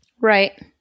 Right